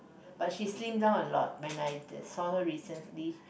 but she slim down a lot when I saw her recently